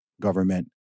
government